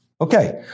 Okay